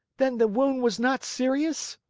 then the wound was not serious?